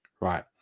Right